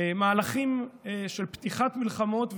מהלכים של פתיחת מלחמות,